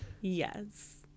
yes